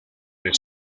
del